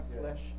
flesh